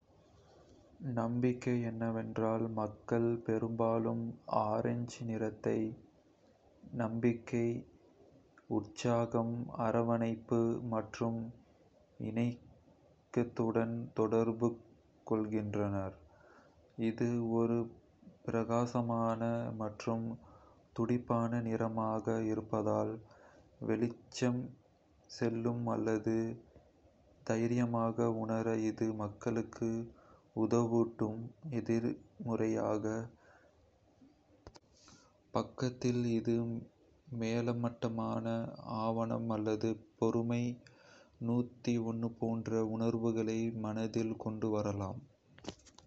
நன்மை என்னவென்றால், மக்கள் பெரும்பாலும் ஆரஞ்சு நிறத்தை நம்பிக்கை, நம்பிக்கை, உற்சாகம், அரவணைப்பு மற்றும் இணக்கத்துடன் தொடர்புபடுத்துகிறார்கள். இது ஒரு பிரகாசமான மற்றும் துடிப்பான நிறமாக இருப்பதால், வெளிச்செல்லும் அல்லது தைரியமாக உணர இது மக்களுக்கு உதவக்கூடும். எதிர்மறையான பக்கத்தில், இது மேலோட்டமான, ஆணவம் அல்லது பெருமை போன்ற உணர்வுகளை மனதில் கொண்டு வரலாம்.